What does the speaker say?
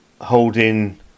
holding